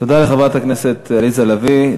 תודה לחברת הכנסת עליזה לביא.